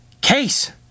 Case